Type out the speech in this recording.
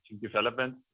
development